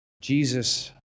Jesus